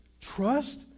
trust